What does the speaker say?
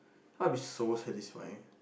I'm so satisfying